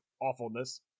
awfulness